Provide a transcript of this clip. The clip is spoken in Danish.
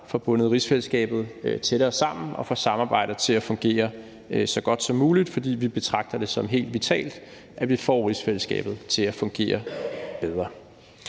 får bundet rigsfællesskabet tættere sammen og får samarbejdet til at fungere så godt som muligt, fordi vi betragter det som helt vitalt, at vi får rigsfællesskabet til at fungere bedre.